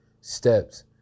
steps